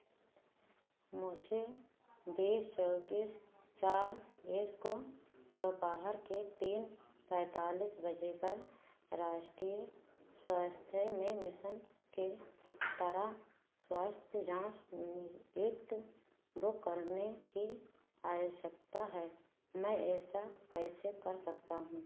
मुझे बीस चौबीस चार को दोपहर के तीन पैंतालीस बजे पर राष्ट्रीय स्वास्थ्य में मिसन के तरह स्वास्थ्य जाँच नि नियुक्त बुक करने की आवश्यकता है मैं ऐसा कैसे कर सकता हूँ